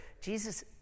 Jesus